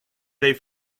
their